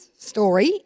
story